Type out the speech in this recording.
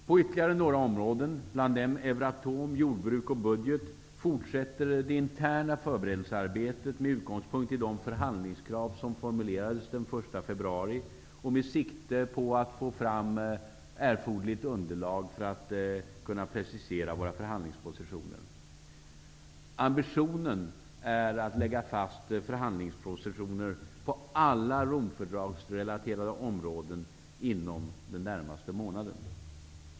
På ytterligare några områden, bland dem Euratom, jordbruk och budget, fortsätter det interna förberedelsearbetet med utgångspunkt i de förhandlingskrav som formulerades den 1 februari och med sikte på att få fram erforderligt underlag för en precisering av våra förhandlingspositioner. Ambitionen är att lägga fast förhandlingspositioner på alla Romfördragsrelaterade områden inom den närmaste månaden.